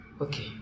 Okay